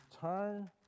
turn